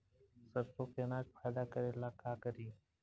सरसो के अनाज फायदा करेला का करी?